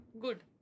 Good